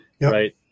right